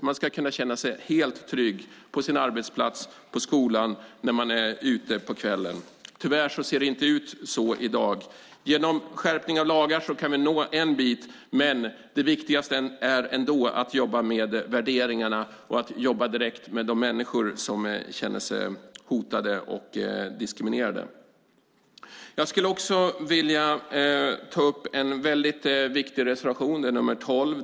Man ska kunna känna sig helt trygg på sin arbetsplats, på skolan och när man är ute på kvällen. Tyvärr ser det inte ut så i dag. Genom skärpning av lagar kan vi nå en bit, men det viktigaste är ändå att jobba med värderingarna och att jobba direkt med de människor som känner sig hotade och diskriminerade. Jag skulle också vilja ta upp reservation 12, som är väldigt viktig.